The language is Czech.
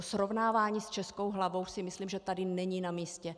Srovnávání s Českou hlavou si myslím, že tady není namístě.